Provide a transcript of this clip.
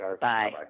Bye